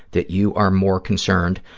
that you are more concerned